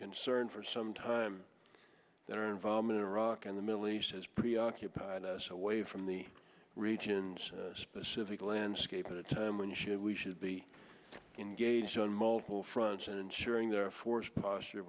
concerned for some time that our involvement in iraq and the middle east has preoccupied us away from the region's specific landscape at a time when should we should be engaged on multiple fronts and ensuring their force posture